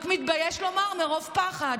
רק מתבייש לומר מרוב פחד.